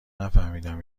نفهمیدم